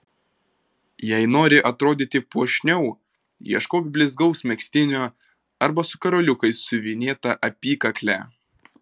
jei nori atrodyti puošniau ieškok blizgaus megztinio arba su karoliukais siuvinėta apykakle